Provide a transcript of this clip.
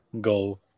go